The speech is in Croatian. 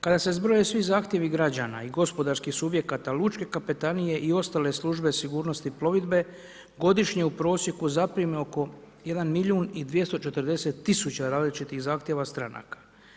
Kada se zbroje svi zahtjevi građana i gospodarskih subjekata lučke kapetanije i ostale službe sigurnosti plovidbe, godišnje u prosjeku zaprime oko 1 milijun i 240 000 različitih zahtjeva stranaka.